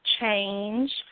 change